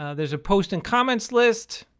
ah there is a posts and comments list.